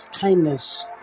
kindness